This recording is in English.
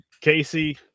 Casey